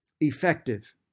effective